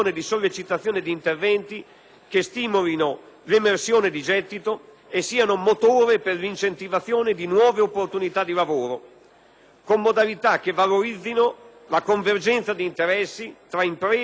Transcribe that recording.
che stimolino l'emersione di gettito e siano motore per l'incentivazione di nuove opportunità di lavoro, con modalità che valorizzino la convergenza di interessi tra imprese, fornitori e contribuenti.